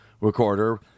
recorder